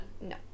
No